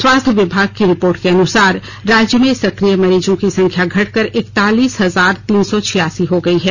स्वास्थ्य विभाग की रिपोर्ट के अनुसार राज्य में सक्रिय मरीजों की संख्या घटकर एकतालीस हजार तीन सौ छियासी हो गई है